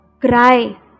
Cry